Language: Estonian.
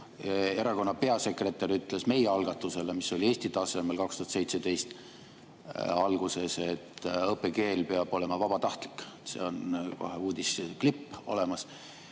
erakonna peasekretär ütles meie algatuse kohta, mis oli Eesti tasemel, 2017 alguses, et õppekeel peab olema vabatahtlik. Selle kohta on kohe uudisklipp olemas.